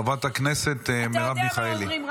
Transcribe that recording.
חברת הכנסת מרב מיכאלי.